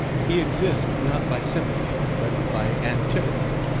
he exists not by sympathy but by antipathy.